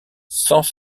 sans